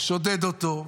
שודד אותו,